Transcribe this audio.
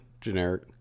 generic